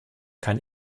kann